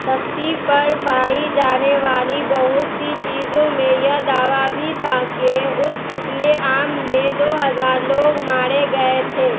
تختی پر پائی جانے والی بہت سی چیزوں میں یہ دعویٰ بھی تھا کہ اس قتل عام میں دو ہزار لوگ مارے گئے تھے